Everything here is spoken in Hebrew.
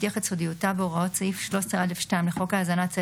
השגרה הסוערת,